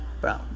bro